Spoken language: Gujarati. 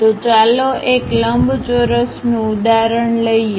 તો ચાલો એક લંબચોરસનું ઉદાહરણ લઈએ